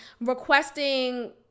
requesting